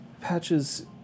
Patches